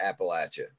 Appalachia